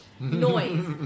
noise